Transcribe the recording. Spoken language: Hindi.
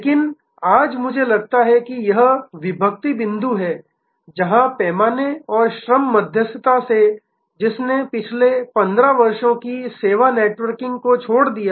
लेकिन आज मुझे लगता है कि यह विभक्ति बिंदु है जहां पैमाने और श्रम मध्यस्थता से जिसने पिछले 15 वर्षों की सेवा नेटवर्किंग को छोड़ दिया